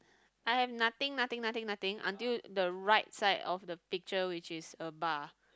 I have nothing nothing nothing nothing until the right side of the picture which is a bar